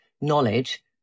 knowledge